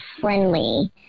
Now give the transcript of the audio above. friendly